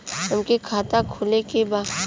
हमके खाता खोले के बा?